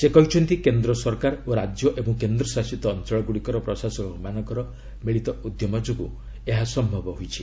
ସେ କହିଛନ୍ତି କେନ୍ଦ୍ର ସରକାର ଓ ରାଜ୍ୟ ଏବଂ କେନ୍ଦ୍ରଶାସିତ ଅଞ୍ଚଳଗ୍ରଡ଼ିକର ପ୍ରଶାସକମାନଙ୍କର ମିଳିତ ଉଦ୍ୟମ ଯୋଗୁଁ ଏହା ସମ୍ଭବ ହୋଇଛି